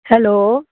hello